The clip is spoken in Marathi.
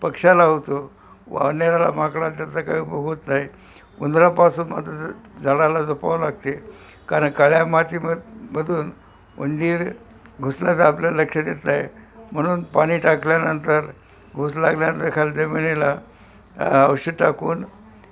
पक्षाला होतो वानराला माकडाला त्याचा काय उपयोग होत नाही उंदरापासून आता झाडाला जपावे लागते कारण काळ्या मातीमध्ये मधून उंदीर घुसला तर आपल्या लक्षात येत नाही म्हणून पाणी टाकल्यानंतर घूस लागल्यानंतर खाली जमिनीला औषध टाकून